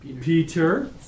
Peter